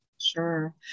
Sure